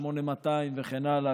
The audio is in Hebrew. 8200 וכן הלאה,